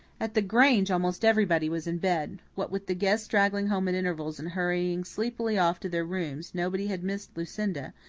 at the grange almost everybody was in bed. what with the guests straggling home at intervals and hurrying sleepily off to their rooms, nobody had missed lucinda,